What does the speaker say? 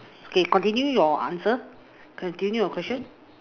okay continue your answer continue your question